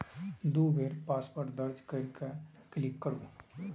दू बेर पासवर्ड दर्ज कैर के क्लिक करू